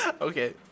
Okay